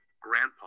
Grandpa